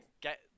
get